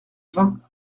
vingt